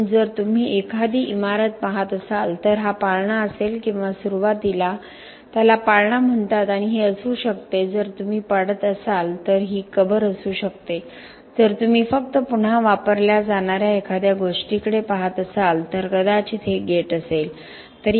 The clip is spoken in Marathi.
म्हणून जर तुम्ही एखादी इमारत पाहत असाल तर हा पाळणा असेल किंवा सुरुवातीला पाळणा म्हणतात आणि हे असू शकते जर तुम्ही पाडत असाल तर ही कबर असू शकते जर तुम्ही फक्त पुन्हा वापरल्या जाणार्या एखाद्या गोष्टीकडे पहात असाल तर कदाचित हे गेट असेल